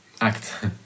act